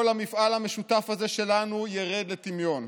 כל המפעל המשותף הזה שלנו ירד לטמיון.